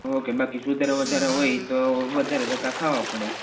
okay બાકી સુધારા વધારા હોય તો વધારે ધક્કા ખાવા પડે